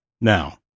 Now